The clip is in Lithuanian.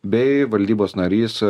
bei valdybos narys